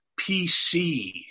PC